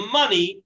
money